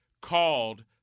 called